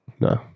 no